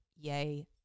Yay